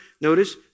Notice